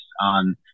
on